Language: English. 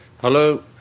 Hello